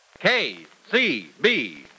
KCB